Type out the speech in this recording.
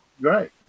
right